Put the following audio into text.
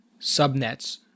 subnets